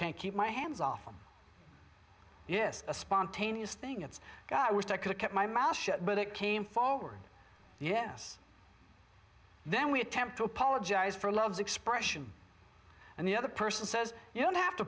can't keep my hands off them yes a spontaneous thing it's got i was i could keep my mouth shut but it came forward yes then we attempt to apologize for love's expression and the other person says you don't have to